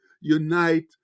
unite